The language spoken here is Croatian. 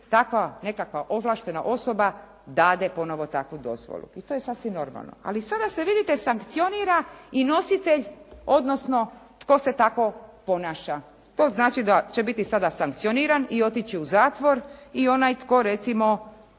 takva nekakva ovlaštena osoba dade ponovo takvu dozvolu i to je sasvim normalno. Ali sada se vidite sankcionira i nositelj odnosno tko se tako ponaša. To znači da će biti sada sankcioniran i otići u zatvor i onaj tko recimo